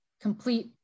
complete